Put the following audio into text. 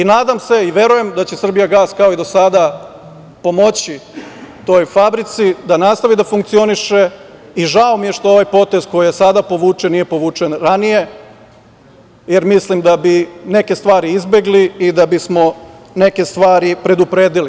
Nadam se i verujem da će „Srbijagas“, kao i do sada, pomoći toj fabrici da nastavi da funkcioniše i žao mi je što ovaj potez koji je sada povučen nije povučen ranije, jer mislim da bismo neke stvari izbegli i da bismo neke stvari predupredili.